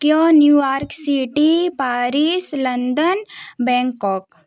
Tokyo New York city Paris London Bangkok